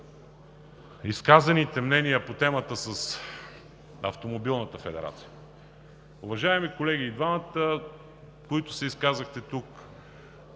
изказаните мнения по темата с Автомобилната федерация. Уважаеми колеги, и двамата, които се изказахте тук,